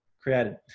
created